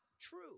true